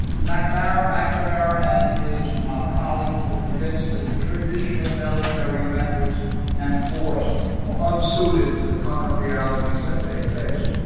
mcnamara mcnamara and his colleagues were convinced that the traditional military methods and force were unsuited to the current realities that they faced.